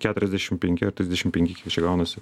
keturiasdešim penki ar trisdešim penki kiek čia gaunasi